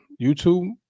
YouTube